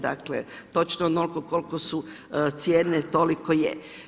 Dakle, točno onoliko kolike su cijene, toliko je.